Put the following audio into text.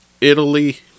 Italy